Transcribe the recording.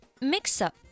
Mix-up